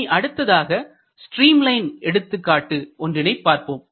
இனி அடுத்ததாக stream line எடுத்துக்காட்டு ஒன்றினை பார்ப்போம்